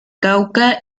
cauca